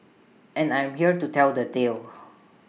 and I am here to tell the tale